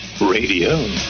Radio